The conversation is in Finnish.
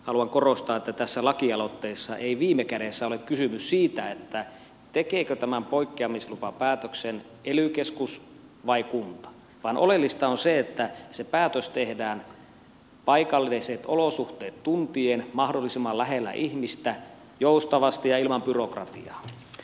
haluan korostaa että tässä lakialoitteessa ei viime kädessä ole kysymys siitä tekeekö tämän poikkeamislupapäätöksen ely keskus vai kunta vaan oleellista on se että se päätös tehdään paikalliset olosuhteet tuntien mahdollisimman lähellä ihmistä joustavasti ja ilman byrokratiaa